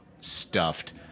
stuffed